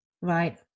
Right